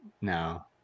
No